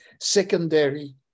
secondary